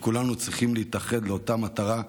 וכולנו צריכים להתאחד לאותה מטרה,